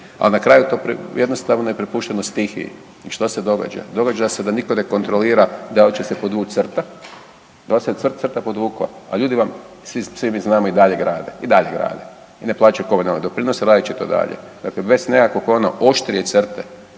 a na kraju to jednostavno je prepušteno stihiji. I što se događa? Događa se da nitko ne kontrolira da li će se podvuć crta, dal se crta podvukla, a ljudi vam svi, svi mi znamo i dalje grade, i dalje grade i ne plaćaju komunalne doprinose, radit će to i dalje. Dakle, bez nekakvog ono oštrije crte